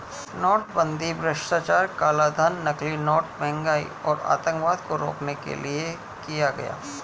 नोटबंदी भ्रष्टाचार, कालाधन, नकली नोट, महंगाई और आतंकवाद को रोकने के लिए किया गया